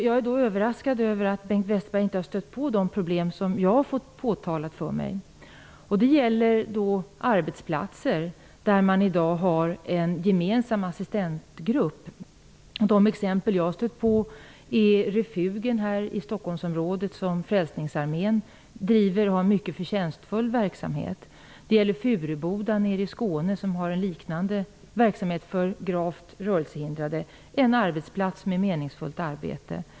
Jag är överraskad över att Bengt Westerberg inte har stött på de problem som jag har fått påtalade för mig. Det gäller bl.a. arbetsplatser där man i dag har en gemensam assistentgrupp. Jag har stött på exempel på detta hos Refugen här i Stockholmsområdet. Det är en mycket förtjänstfull verksamhet som Frälsningsarmén bedriver. Det gäller också Furuboda nere i Skåne, där man bedriver en liknande verksamhet för gravt rörelsehindrade -- en arbetsplats med meningsfullt arbete.